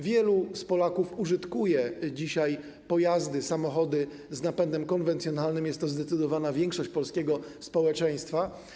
Wielu z Polaków użytkuje dzisiaj pojazdy, samochody z napędem konwencjonalnym, jest to zdecydowana większość polskiego społeczeństwa.